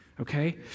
okay